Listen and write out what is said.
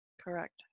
Correct